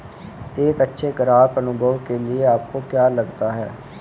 एक अच्छे ग्राहक अनुभव के लिए आपको क्या लगता है?